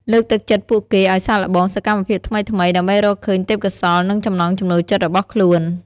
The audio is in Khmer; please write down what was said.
លើកទឹកចិត្តពួកគេឲ្យសាកល្បងសកម្មភាពថ្មីៗ ដើម្បីរកឃើញទេពកោសល្យ និងចំណង់ចំណូលចិត្តរបស់ខ្លួន។